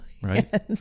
Right